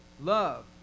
love